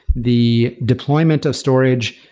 the deployment of storage,